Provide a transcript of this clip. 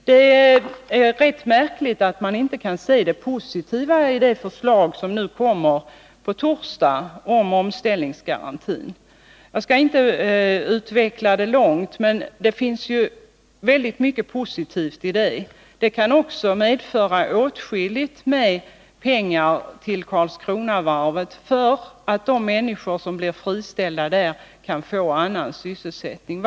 Det är rätt märkligt att man inte kan se det positiva i det förslag till omställningsbidrag som kommer nu på torsdag. Jag skall inte utveckla detta närmare, men det finns väldigt mycket positivt i förslaget. Det kan också medföra åtskilliga pengar för att de människor som blir friställda vid Karlskronavarvet skall kunna få annan sysselsättning.